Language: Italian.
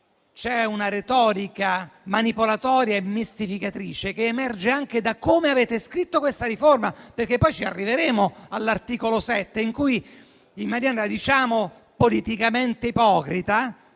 c'è una retorica manipolatoria e mistificatrice che emerge anche da come avete scritto questa riforma, perché poi ci arriveremo all'articolo 7, in cui in maniera politicamente ipocrita,